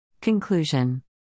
Conclusion